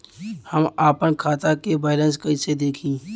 हम आपन खाता क बैलेंस कईसे देखी?